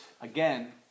again